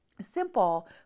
simple